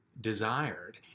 desired